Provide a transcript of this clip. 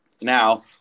Now